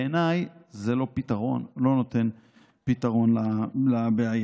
בעיניי זה לא פתרון, לא נותן פתרון לבעיה.